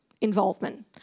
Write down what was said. involvement